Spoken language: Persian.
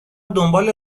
دنبال